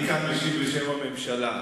אני כאן משיב בשם הממשלה.